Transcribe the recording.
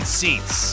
seats